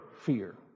fear